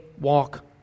walk